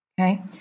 Okay